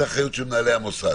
זה אחריות של מנהלי המוסד.